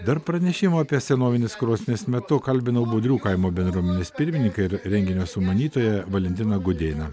dar pranešimų apie senovines krosnis metu kalbinau budrių kaimo bendruomenės pirmininką ir renginio sumanytoja valentiną gudėną